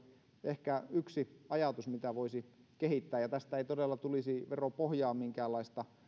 ehkä yksi ajatus mitä voisi kehittää tästä ei todella tulisi veropohjaan minkäänlaista